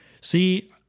see